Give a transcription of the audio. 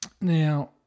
Now